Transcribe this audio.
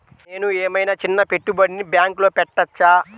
నేను ఏమయినా చిన్న పెట్టుబడిని బ్యాంక్లో పెట్టచ్చా?